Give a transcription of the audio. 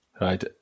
Right